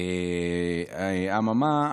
אממה,